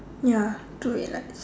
ya do it like this